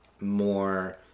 more